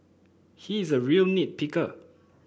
he is a real nit picker